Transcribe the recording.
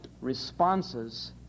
responses